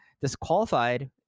disqualified